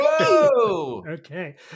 Okay